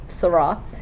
Sarah